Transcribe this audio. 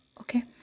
Okay